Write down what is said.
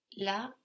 La